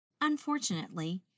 Unfortunately